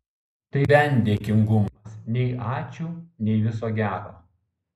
tai bent dėkingumas nei ačiū nei viso gero